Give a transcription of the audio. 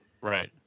Right